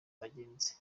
abagenzi